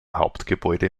hauptgebäude